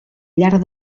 llarg